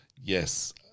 yes